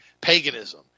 paganism